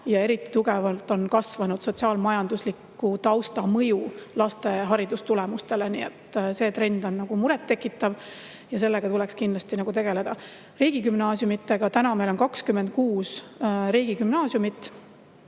eriti tugevalt on kasvanud sotsiaal-majandusliku tausta mõju laste haridustulemustele. See trend on murettekitav ja sellega tuleks kindlasti tegeleda. Seoses riigigümnaasiumidega: täna on meil 26 riigigümnaasiumit.